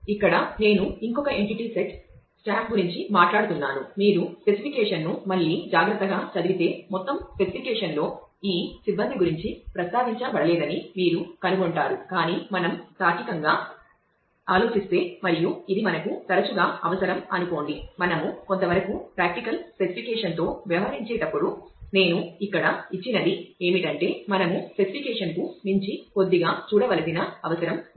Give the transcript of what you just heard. ఇక్కడ నేను ఇంకొక ఎంటిటీ సెట్స్తో వ్యవహరించేటప్పుడు నేను ఇక్కడ ఇచ్చినది ఏమిటంటే మనము స్పెసిఫికేషన్కు మించి కొద్దిగా చూడవలసిన అవసరం ఉంది